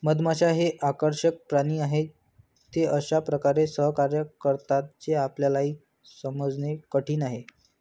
मधमाश्या हे आकर्षक प्राणी आहेत, ते अशा प्रकारे सहकार्य करतात जे आपल्याला समजणे कठीण आहे